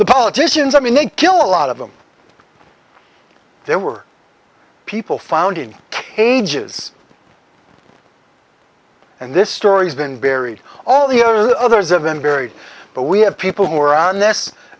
the politicians i mean they kill a lot of them there were people found in cages and this story's been buried all the others have been buried but we have people who are on this